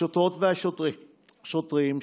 השוטרות והשוטרים,